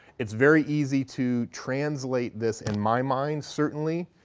it's very easy to translate this in my mind, certainly,